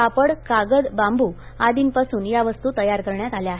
कापड कागद बांबू आदीपासून या वस्तू तयार करण्यात आल्या आहेत